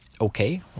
okay